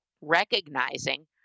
recognizing